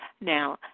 Now